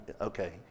okay